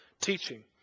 teaching